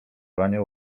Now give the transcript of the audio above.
wanie